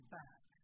back